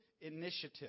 initiative